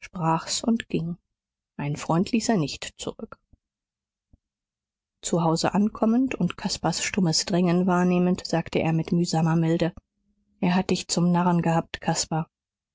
sprach's und ging einen freund ließ er nicht zurück zu hause ankommend und caspars stummes drängen wahrnehmend sagte er mit mühsamer milde er hat dich zum narren gehabt caspar